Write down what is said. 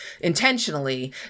intentionally